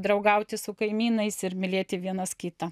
draugauti su kaimynais ir mylėti vienas kitą